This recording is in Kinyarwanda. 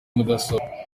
mudasobwa